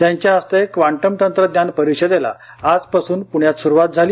त्यांच्या हस्ते क्वांटम तंत्रज्ञान परिषदेला आजपासून पुण्यात सुरुवात झाली